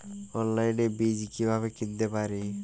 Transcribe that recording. অনলাইনে বীজ কীভাবে কিনতে পারি?